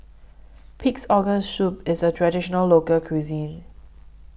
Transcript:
Pig'S Organ Soup IS A Traditional Local Cuisine